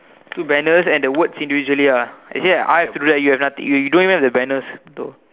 so banners and the words individually ah you don't even have the banners though